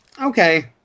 Okay